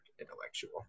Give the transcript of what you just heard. intellectual